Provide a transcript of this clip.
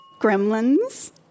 Gremlins